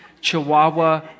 Chihuahua